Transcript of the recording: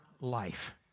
life